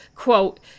Quote